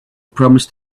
promised